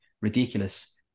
ridiculous